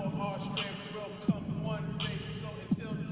boston come one day so